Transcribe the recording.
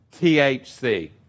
THC